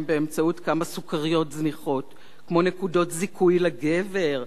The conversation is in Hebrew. באמצעות כמה סוכריות זניחות כמו נקודות זיכוי לגבר,